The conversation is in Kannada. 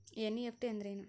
ಎನ್.ಇ.ಎಫ್.ಟಿ ಅಂದ್ರೆನು?